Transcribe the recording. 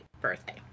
birthday